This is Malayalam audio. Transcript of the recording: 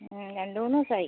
ഹ്മ് രണ്ട് മൂന്ന് ദിവസായി